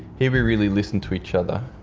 here we really listen to each other,